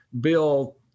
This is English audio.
bill